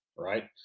right